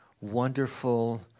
wonderful